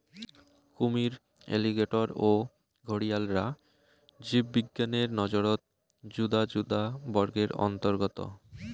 কুমীর, অ্যালিগেটর ও ঘরিয়ালরা জীববিজ্ঞানের নজরত যুদা যুদা বর্গের অন্তর্গত